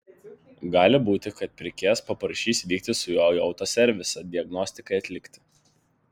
gali būti kad pirkėjas paprašys vykti su juo į autoservisą diagnostikai atlikti